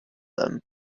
them